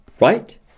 right